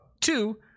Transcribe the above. Two